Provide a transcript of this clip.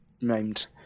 named